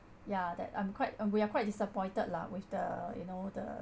ya that I'm quite um we are quite disappointed lah with the you know the